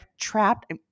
trapped